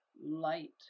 light